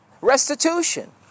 restitution